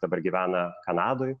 dabar gyvena kanadoj